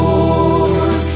Lord